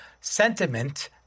sentiment